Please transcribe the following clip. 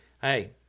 hey